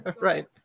Right